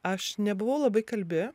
aš nebuvau labai kalbi